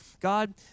God